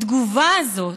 התגובה הזאת,